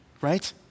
right